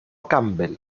campbell